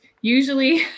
Usually